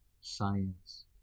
science